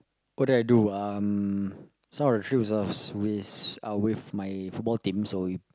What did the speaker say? what do I do um some of the trips are are with uh with my football team so we